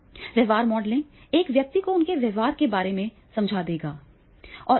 व्यवहार मॉडलिंग एक व्यक्ति को उनके व्यवहार में अनुपयुक्तता के बारे में समझ देगा